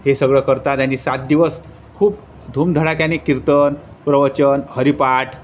हे सगळं करतात आणि सात दिवस खूप धूमधडाक्याने कीर्तन प्रवचन हरीपाठ